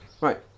Right